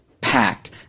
packed